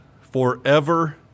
forever